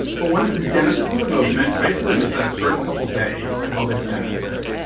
but one is the genesis of the movement, basically just that first couple of days, i called the genesis.